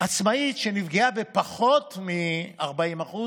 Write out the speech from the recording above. עצמאית שנפגעה בפחות מ-40%,